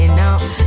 now